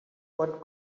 what